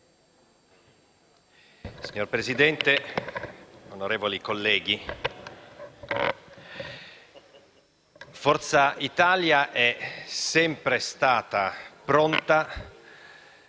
Signora Presidente, onorevoli colleghi, Forza Italia è sempre stata pronta